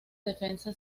defensa